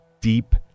deep